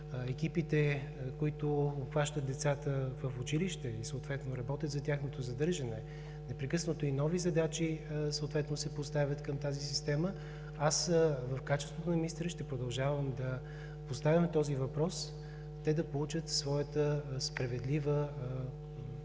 екипите, които обхващат децата в училище и съответно работят за тяхното задържане, непрекъснато и нови задачи съответно се поставят към тази система. Аз в качеството на министър ще продължавам да поставям този въпрос – те да получат своята справедлива оценка